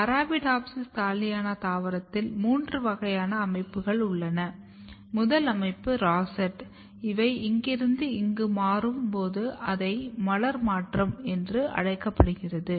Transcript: Arabidopsis thaliana தாவரத்தில் மூன்று வகையான அமைப்பு உள்ளது முதல் அமைப்பு ரோசெட் இவை இங்கிருந்து இங்கு மாறும் போது அதை மலர் மாற்றம் என்று அழைக்கப்படுகிறது